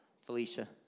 Felicia